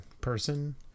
person